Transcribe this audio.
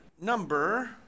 number